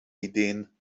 ideen